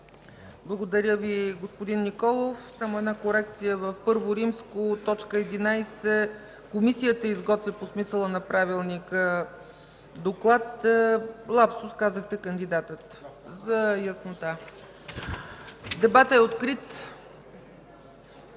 Благодаря Ви, господин Николов. Само една корекция – в първо римско, т. 11: „Комисията изготвя по смисъла на правилника доклад”, лапсус, казахте „Кандидатът” – за яснота. Дебатът е открит.